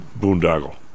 boondoggle